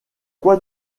quoi